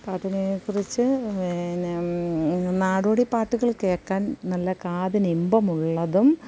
പാട്ടിനെക്കുറിച്ച് പീന്നെ നാടോടി പാട്ടുകൾ കേൾക്കാൻ നല്ല കാതിന് ഇമ്പമുള്ളതും